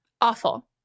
Awful